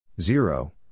Zero